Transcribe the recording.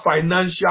financial